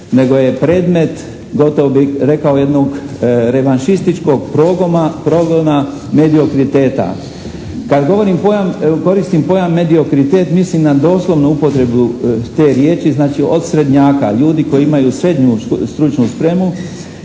nego je predmet gotovo bih rekao jednog revanšističkog progona mediokriteta. Kad govorim, koristim pojam: "mediokritet" mislim na doslovnu upotrebu te riječi, od srednjaka, ljudi koji imaju srednju stručnu spremu,